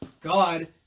God